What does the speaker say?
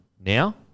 now